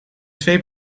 twee